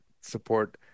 support